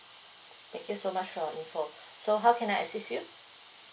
thank you so much for your info so how can I assist you